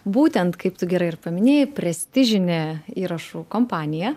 būtent kaip tu gerai ir paminėjai prestižinė įrašų kompanija